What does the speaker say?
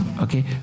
Okay